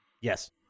Yes